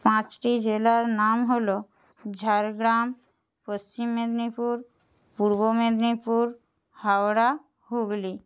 পাঁচটি জেলার নাম হল ঝাড়গ্রাম পশ্চিম মেদিনীপুর পূর্ব মেদিনীপুর হাওড়া হুগলি